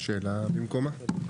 שאלה במקומה.